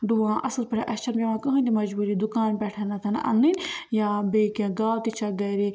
ڈُوان اصٕل پٲٹھۍ اسہِ چھَنہٕ پیٚوان کٕہٲنۍ تہِ مجبوٗری دُکان پٮ۪ٹھ اَنٕنۍ یا بیٚیہِ کیٚنٛہہ گاوٕ تہٕ چھِ گھرے